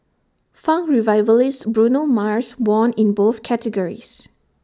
funk revivalist Bruno Mars won in both categories